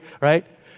right